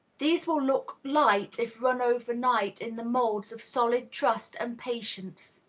these will look light if run over night in the moulds of solid trust and patience.